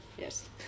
Yes